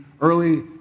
early